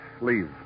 Leave